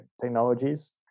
technologies